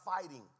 fighting